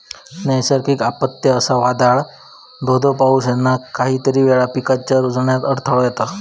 नैसर्गिक आपत्ते, जसा वादाळ, धो धो पाऊस ह्याना कितीतरी वेळा पिकांच्या रूजण्यात अडथळो येता